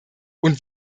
und